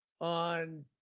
on